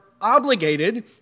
obligated